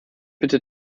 bitte